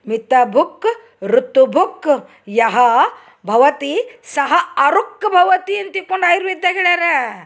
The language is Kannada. ಮಿತ ಭುಕ್ ಋತು ಭುಕ್ ಯಹಾ ಭವತಿ ಸಹ ಆರುಕ್ಬವತಿ ಅಂತ ತಿಕೊಂಡು ಆಯುರ್ವೇದ್ದಾಗ ಹೇಳ್ಯಾರಾ